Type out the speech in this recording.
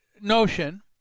notion